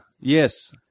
Yes